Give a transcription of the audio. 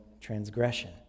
transgression